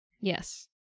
Yes